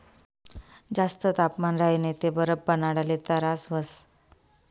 जास्त तापमान राह्यनं ते बरफ बनाडाले तरास व्हस